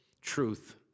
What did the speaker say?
truth